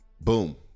boom